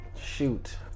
shoot